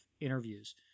interviews